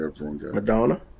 Madonna